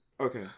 Okay